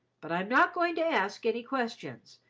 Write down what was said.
but i'm not going to ask any questions.